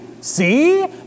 see